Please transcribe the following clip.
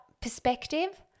perspective